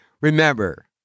Remember